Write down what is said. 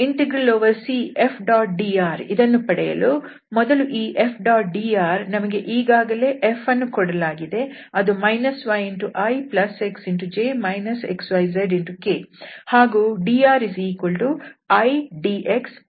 CF⋅dr ಇದನ್ನು ಪಡೆಯಲು ಮೊದಲು ಈ F⋅dr ನಮಗೆ ಈಗಾಗಲೇ F ಅನ್ನು ಕೊಡಲಾಗಿದೆ ಅದು yixj xyzk ಹಾಗೂdridxjdykdz